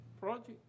project